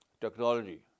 technology